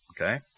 Okay